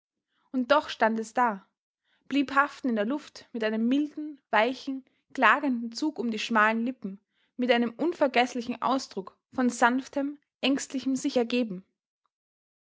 und doch stand es da blieb haften in der luft mit einem milden weichen klagenden zug um die schmalen lippen mit einem unvergeßlichen ausdruck von sanftem ängstlichem